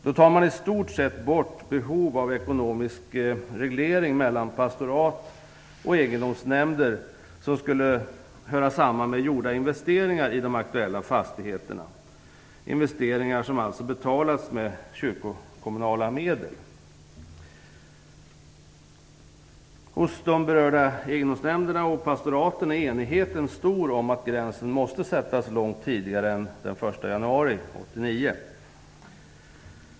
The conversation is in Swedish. Då tar man i stort sett bort behovet av ekonomisk reglering mellan pastorat och egendomsnämnder som skulle höra ihop med investeringar som gjorts i de aktuella fastigheterna - investeringar som betalats med kyrkokommunala medel. Hos de berörda egendomsnämnderna och pastoraten är enigheten stor om att gränsen bör sättas långt tidigare än den 1 januari 1989.